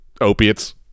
opiates